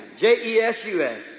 J-E-S-U-S